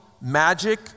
magic